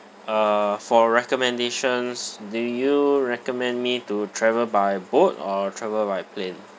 uh for recommendations do you recommend me to travel by boat or travel by plane